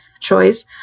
choice